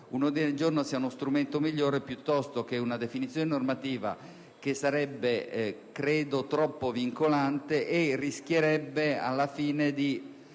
del giorno sia uno strumento migliore, piuttosto che una definizione normativa che sarebbe, credo, troppo vincolante e rischierebbe di